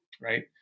right